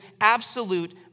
absolute